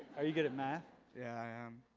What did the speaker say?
are you good at math? yeah i am.